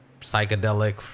psychedelic